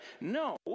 No